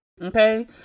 Okay